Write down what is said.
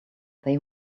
they